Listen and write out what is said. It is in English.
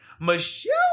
Michelle